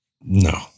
No